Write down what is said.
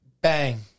Bang